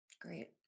Great